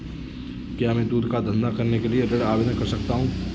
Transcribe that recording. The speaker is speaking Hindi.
क्या मैं दूध का धंधा करने के लिए ऋण आवेदन कर सकता हूँ?